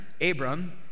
Abram